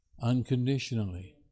unconditionally